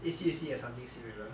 A_C_J_C have something similar